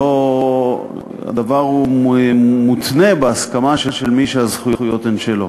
הדבר מותנה בהסכמה של מי שהזכויות הן שלו.